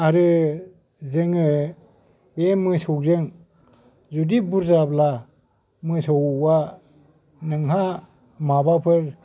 आरो जोङो बे मोसौजों जुदि बुरजाब्ला मोसौआ नोंहा माबाफोर